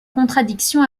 contradiction